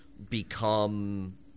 Become